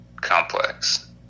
complex